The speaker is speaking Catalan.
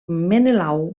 menelau